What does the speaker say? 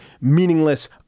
meaningless